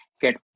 get